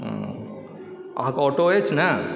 अहाँकऽ ऑटो अछि ने